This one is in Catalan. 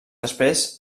després